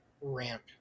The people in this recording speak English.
ramp